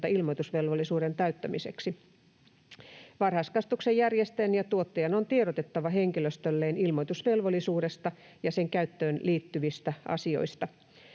ilmoitusvelvollisuuden täyttämiseksi. Varhaiskasvatuksen järjestäjän ja tuottajan on tiedotettava henkilöstölleen ilmoitusvelvollisuudesta ja sen käyttöön liittyvistä asioista.